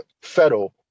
federal